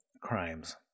crimes